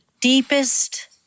deepest